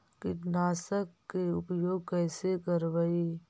कीटनाशक के उपयोग कैसे करबइ?